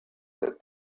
that